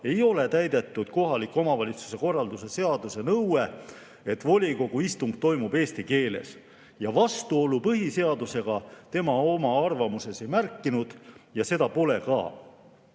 ei ole täidetud kohaliku omavalitsuse korralduse seaduse nõue, et volikogu istung toimub eesti keeles. Vastuolu põhiseadusega tema oma arvamuses ei märkinud ja seda pole ka.